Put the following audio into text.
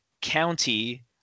county